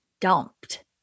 dumped